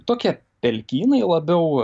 tokie pelkynai labiau